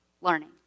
learning